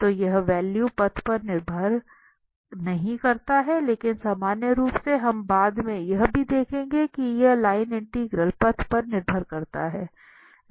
तो यह वैल्यू पथ पर निर्भर नहीं करता है लेकिन सामान्य रूप से हम बाद में यह भी देखेंगे कि ये लाइन इंटीग्रल पथ पर निर्भर करता है